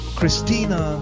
Christina